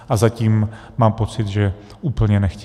A zatím mám pocit, že úplně nechtějí.